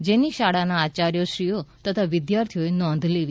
જેની શાળાના આચાર્ય શ્રીઓ તથા વિધાર્થીઓએ નોંધ લેવી